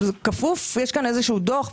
יש כאן איזשהו דוח.